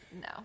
no